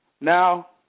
Now